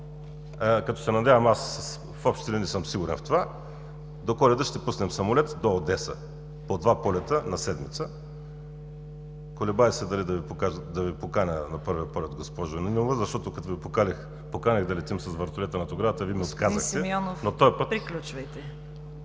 като се надявам, аз в общи линии съм сигурен в това. До Коледа ще пуснем самолет до Одеса – по два полета на седмица. Колебая се дали да Ви поканя на първия полет, госпожо Нинова, защото като Ви поканих да летим с вертолета над оградата, Вие ми отказахте, но този път…